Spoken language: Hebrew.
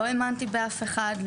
לא האמנתי באף אחד,